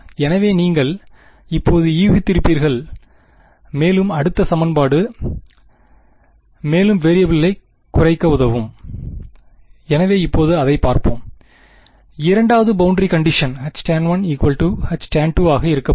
எனவே நீங்கள் இப்போது யூகித்திருப்பீர்கள் மேலும் அடுத்த சமன்பாடு மேலும் வ்வேறியபிள்களை குறைக்க உதவும் எனவே இப்போது அதைப் பார்ப்போம் இரண்டாவது பௌண்டரி கண்டிஷன் Htan1Htan2ஆக இருக்கப்போகிறது